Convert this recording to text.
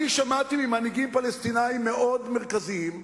אני שמעתי ממנהיגים פלסטינים מאוד מרכזיים שאמרו: